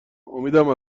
امیدم